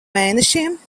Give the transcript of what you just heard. mēnešiem